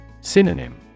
Synonym